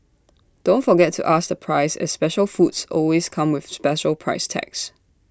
don't forget to ask the price as special foods always come with special price tags